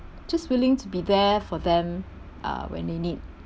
just willing to be there for them uh when they need